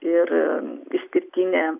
ir išskirtinė